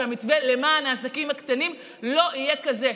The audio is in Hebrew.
והמתווה למען העסקים הקטנים לא יהיה כזה.